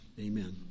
Amen